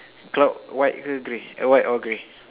cloud white uh grey eh white or grey